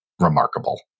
remarkable